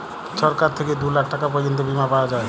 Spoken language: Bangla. ছরকার থ্যাইকে দু লাখ টাকা পর্যল্ত বীমা পাউয়া যায়